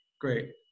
great